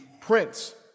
prince